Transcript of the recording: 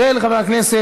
של חבר הכנסת